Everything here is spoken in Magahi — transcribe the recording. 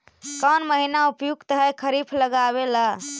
कौन महीना उपयुकत है खरिफ लगावे ला?